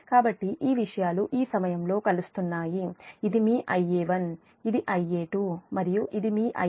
కాబట్టి ఈ విషయాలు ఈ సమయంలో కలుస్తున్నాయి ఇది మీ Ia1 ఇది Ia2 మరియు ఇది మీ Ia0